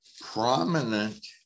prominent